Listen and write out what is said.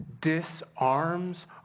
disarms